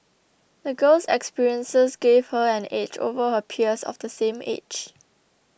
the girl's experiences gave her an edge over her peers of the same age